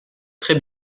très